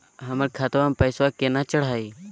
हमर खतवा मे पैसवा केना चढाई?